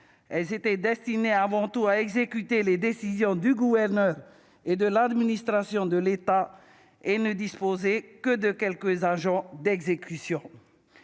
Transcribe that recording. morale. Destinées avant tout à exécuter les décisions du gouverneur et de l'administration de l'État, elles ne disposaient que de quelques agents d'exécution.